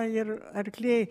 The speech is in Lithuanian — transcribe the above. ir arkliai